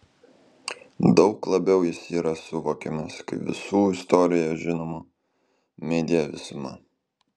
daug labiau jis yra suvokiamas kaip visų istorijoje žinomų media visuma